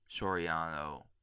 Soriano